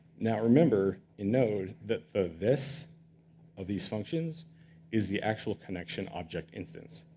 now remember, in node that the this of these functions is the actual connection object instance.